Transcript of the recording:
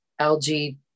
LG